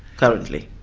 currently.